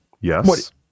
Yes